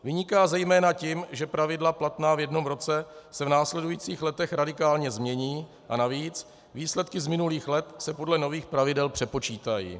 Vyniká zejména tím, že pravidla platná v jednom roce se v následujících letech radikálně změní a navíc výsledky z minulých let se podle nových pravidel přepočítají.